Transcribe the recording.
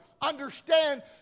Understand